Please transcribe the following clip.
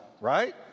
right